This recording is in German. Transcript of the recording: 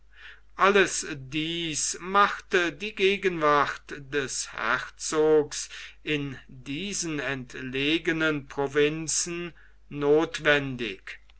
alles dies machte die gegenwart des herzogs in diesen entlegenen provinzen nothwendig